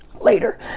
later